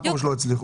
מה פירוש לא הצליחו?